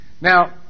Now